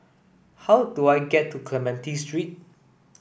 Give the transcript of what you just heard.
how do I get to Clementi Street